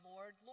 Lord